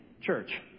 Church